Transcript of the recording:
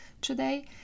today